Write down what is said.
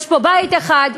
יש פה בית אחד,